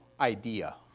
idea